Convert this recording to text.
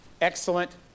excellent